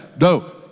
No